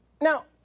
Now